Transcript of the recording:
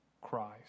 christ